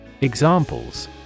Examples